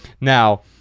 Now